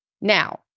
Now